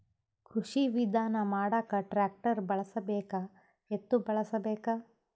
ಕೃಷಿ ವಿಧಾನ ಮಾಡಾಕ ಟ್ಟ್ರ್ಯಾಕ್ಟರ್ ಬಳಸಬೇಕ, ಎತ್ತು ಬಳಸಬೇಕ?